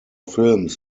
films